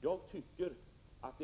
Det vore